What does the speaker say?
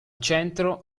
centro